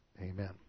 Amen